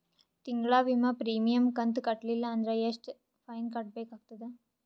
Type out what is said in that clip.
ತಿಂಗಳ ವಿಮಾ ಪ್ರೀಮಿಯಂ ಕಂತ ಕಟ್ಟಲಿಲ್ಲ ಅಂದ್ರ ಎಷ್ಟ ಫೈನ ಕಟ್ಟಬೇಕಾಗತದ?